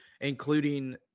including